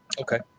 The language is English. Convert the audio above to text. Okay